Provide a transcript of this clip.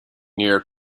near